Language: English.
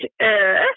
earth